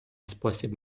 спосіб